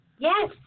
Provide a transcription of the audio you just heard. Yes